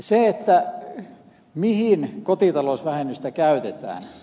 se mihin kotitalousvähennystä käytetään